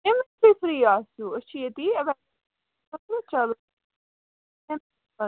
أسۍ چھِ ییٚتی